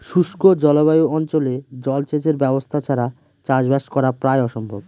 শুষ্ক জলবায়ু অঞ্চলে জলসেচের ব্যবস্থা ছাড়া চাষবাস করা প্রায় অসম্ভব